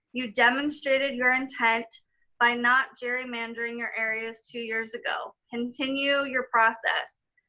you demonstrated your intent by not gerrymandering your areas two years ago. continue your process.